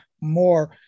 more